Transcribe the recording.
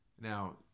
Now